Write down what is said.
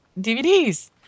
DVDs